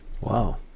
Wow